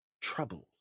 troubles